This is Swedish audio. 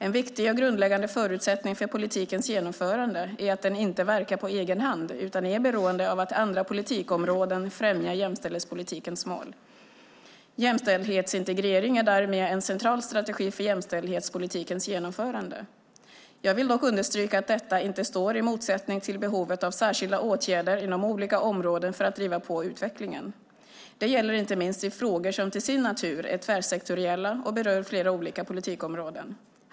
En viktig och grundläggande förutsättning för politikens genomförande är att den inte verkar på egen hand utan är beroende av att andra politikområden främjar jämställdhetspolitikens mål. Jämställdhetsintegrering är därmed en central strategi för jämställdhetspolitikens genomförande. Jag vill dock understryka att detta inte står i motsättning till behovet av särskilda åtgärder inom olika områden för att driva på utvecklingen. Det gäller inte minst i frågor som till sin natur är tvärsektoriella och berör flera olika politikområden.